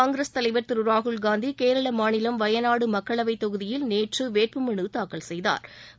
காங்கிரஸ் தலைவர் திரு ராகுல் காந்தி கேரள மாநிலம் வயநாடு மக்களவை இதனிடையே தொகுதியில் நேற்று வேட்பு மனுதாக்கல் செய்தாா்